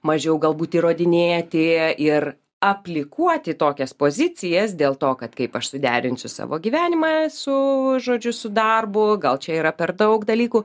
mažiau galbūt įrodinėja atėję ir aplikuot į tokias pozicijas dėl to kad kaip aš suderinsiu savo gyvenimą su žodžiu su darbu gal čia yra per daug dalykų